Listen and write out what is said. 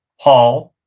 haul,